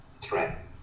threat